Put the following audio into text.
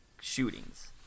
shootings